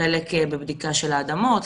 חלק בבדיקה של האדמות,